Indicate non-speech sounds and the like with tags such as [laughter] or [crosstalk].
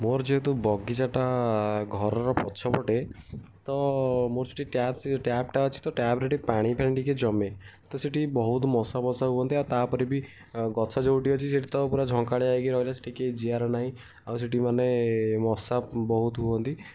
ମୋର ଯେହେତୁ ବଗିଚାଟା ଘରର ପଛ ପଟେ ତ ମୋର ସେଠି ଟ୍ୟାପ୍ ଟ୍ୟାପ୍ଟା ଅଛି ତ ଟ୍ୟାପ୍ରେ [unintelligible] ପାଣି ଫାଣି ଟିକେ ଜମେ ତ ସେଠି ବହୁତ ମଶା ଫସା ହୁଅନ୍ତି ଆଉ ତା'ପରେ ବି ଗଛ ଯେଉଁଠି ଅଛି ସେଠି ତ ପୂରା ଝଙ୍କାଳିଆ ହେଇକି ରହିଲେ [unintelligible] କେହି ଯିବାର ନାହିଁ ଆଉ ସେଠି ମାନେ ମଶା ବହୁତ ହୁଅନ୍ତି